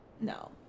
no